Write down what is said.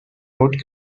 road